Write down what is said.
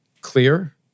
clear